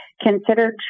considered